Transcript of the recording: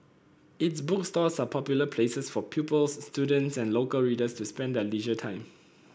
its bookstores are popular places for pupils students and local readers to spend their leisure time